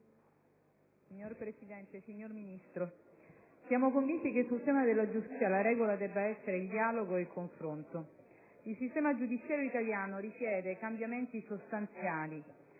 Signora Presidente, signor Ministro, siamo convinti che sul tema della giustizia la regola debba essere il dialogo e il confronto. Il sistema giudiziario italiano richiede cambiamenti sostanziali.